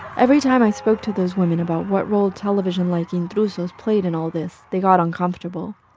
every time i spoke to those women about what role television like intrusos played in all this, they got uncomfortable.